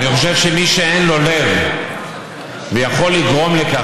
אני חושב שמי שאין לו לב ויכול לגרום לכך